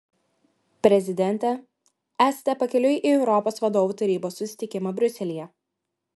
prezidente esate pakeliui į europos vadovų tarybos susitikimą briuselyje